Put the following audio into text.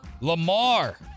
Lamar